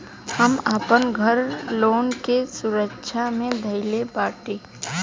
हम आपन घर लोन के सुरक्षा मे धईले बाटी